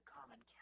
Common